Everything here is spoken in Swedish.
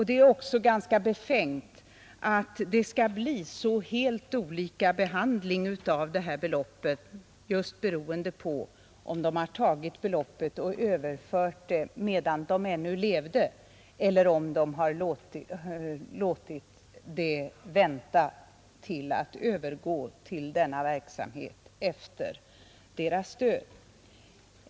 Det är också ganska befängt att det skall bli så helt olika behandling av beloppet just beroende på om de har överfört beloppet medan de ännu levde eller om de har bestämt att beloppet skall överlämnas efter deras död.